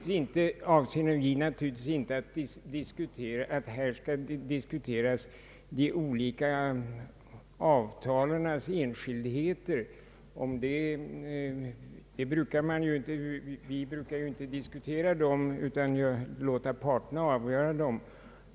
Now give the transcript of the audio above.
Vi avser naturligtvis inte att man här skall diskutera de olika avtalens enskildheter. Denna angelägenhet brukar ju de olika parterna avgöra.